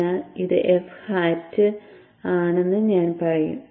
അതിനാൽ ഇത് f hat ആണെന്ന് ഞാൻ പറയും